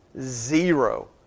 zero